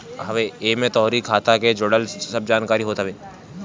एमे तोहरी खाता के जुड़ल जानकारी होत हवे